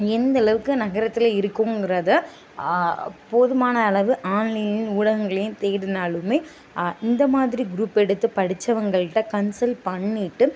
எந்த அளவுக்கு நகரத்தில் இருக்கும்ங்கிறத போதுமான அளவு ஆன்லைன்லேயும் ஊடகங்கள்லேயும் தேடினாலுமே இந்த மாதிரி குரூப் எடுத்து படித்தவுங்கள்ட்ட கன்சல் பண்ணிவிட்டு